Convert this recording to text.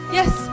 yes